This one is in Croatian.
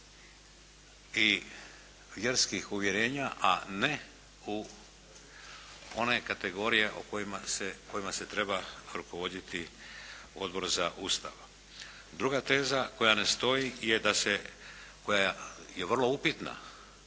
i vjerskih uvjerenja, a ne u one kategorije kojima se treba rukovoditi Odbor za Ustav. Druga teza koja ne stoji, koja je vrlo upitna,